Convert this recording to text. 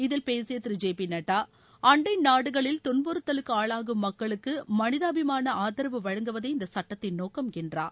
இதில் பேசிய திரு ஜெ பி நட்டா அண்டை நாடுகளில் துன்புறுத்தலுக்கு ஆளாகும் மக்களுக்கு மனிதாபிமான ஆதரவு வழங்குவதே இந்த சட்டத்தின் நோக்கம் என்றார்